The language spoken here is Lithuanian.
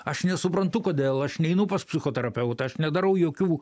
aš nesuprantu kodėl aš neinu pas psichoterapeutą aš nedarau jokių